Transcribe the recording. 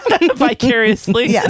Vicariously